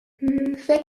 فکر